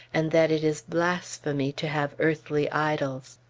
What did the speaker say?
and that it is blasphemy to have earthly idols!